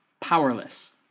powerless